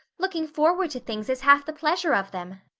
looking forward to things is half the pleasure of them,